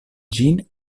ĝin